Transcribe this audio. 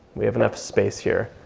we have enough space here.